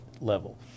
level